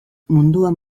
munduan